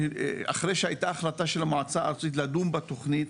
אחרי שהייתה החלטה של המועצה הארצית לדון בתוכנית,